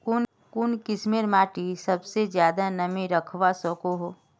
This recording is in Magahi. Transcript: कुन किस्मेर माटी सबसे ज्यादा नमी रखवा सको हो?